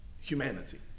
humanity